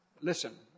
Listen